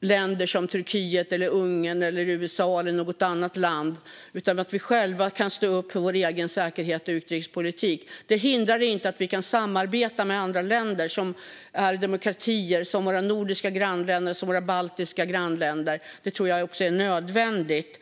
länder som Turkiet, Ungern, USA eller något annat land. Vi ska själva stå upp för vår egen säkerhet och utrikespolitik. Det hindrar inte att vi kan samarbeta med andra länder som är demokratier som våra nordiska och baltiska grannländer. Det tror jag också är nödvändigt.